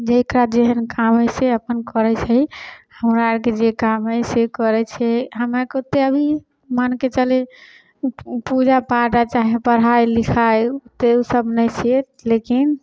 जकरा जेहन काम हइ से अपन करै छै हमरा आरके जे काम हइ से करै छिए हमेके ओतेक अभी मानिके चली पूजा पाठ आओर चाहे पढ़ाइ लिखाइ ओतेक ओसब नहि छिए लेकिन